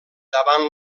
davant